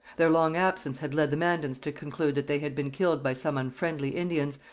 their long absence had led the mandans to conclude that they had been killed by some unfriendly indians,